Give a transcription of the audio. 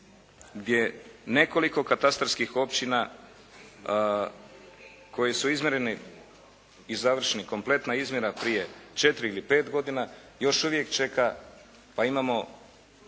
gdje nekoliko katastarskih općina koje su izmjereni i završena kompletna izmjera prije četiri ili pet godina još uvijek čeka pa imamo